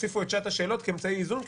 הוסיפו את שעת השאלות כאמצעי איזון,